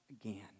again